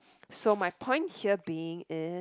so my point here being is